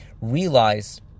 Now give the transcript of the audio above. realize